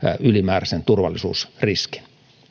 ylimääräisen turvallisuusriskin